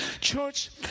Church